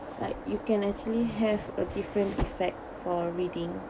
like you can actually have a different effect for reading